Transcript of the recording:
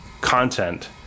content